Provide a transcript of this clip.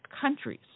countries